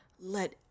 let